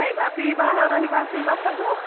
ଖାଇବା ପିଇବା ରହିବା ଶୋଇବା ସବୁ